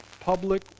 Public